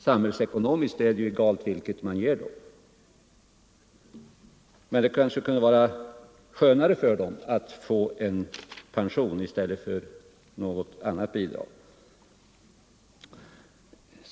Samhällsekonomiskt är det egalt vilket man ger dem, men det kanske kunde vara skönare för dem att få en pension i stället för något annat bidrag.